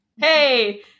Hey